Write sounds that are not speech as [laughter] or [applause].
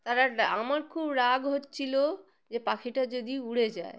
তারা [unintelligible] আমার খুব রাগ হচ্ছিল যে পাখিটা যদি উড়ে যায়